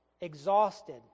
Exhausted